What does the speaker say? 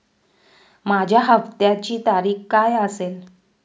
माझ्या हप्त्याची तारीख काय असेल?